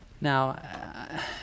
Now